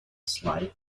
sly